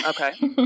Okay